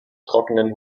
trockenen